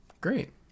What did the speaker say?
Great